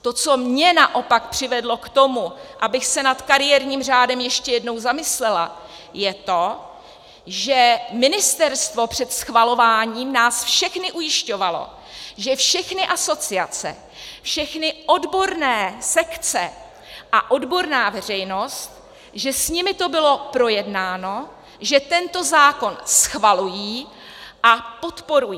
To, co mě naopak přivedlo k tomu, abych se nad kariérním řádem ještě jednou zamyslela, je to, že ministerstvo před schvalováním nás všechny ujišťovalo, že všechny asociace, všechny odborné sekce a odborná veřejnost, že s nimi to bylo projednáno, že tento zákon schvalují a podporují.